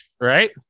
Right